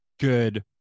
good